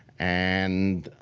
and